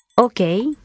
Okay